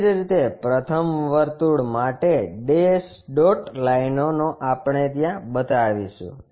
એ જ રીતે પ્રથમ વર્તુળ માટે ડેશ ડોટ લાઇનો આપણે ત્યાં બતાવીશું